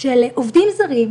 של עובדים זרים,